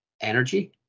energy